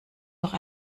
noch